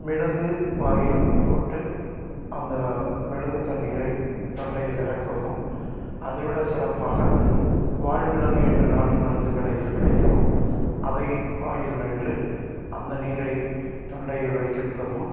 மிளகு வாயில் போட்டு அந்த மிளகு தண்ணீரை தொண்டையில் இறக்குவதும் அதை விட சிறப்பாக வால்மிளகு என்று நாட்டு மருந்து கடையில் கிடைக்கும் அதை வாயில் மென்று அந்த நீரை தொண்டையில் வைத்திருப்பதும்